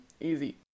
Easy